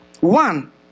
One